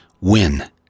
win